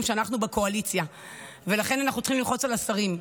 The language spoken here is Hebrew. שאנחנו בקואליציה ולכן אנחנו צריכים ללחוץ על השרים.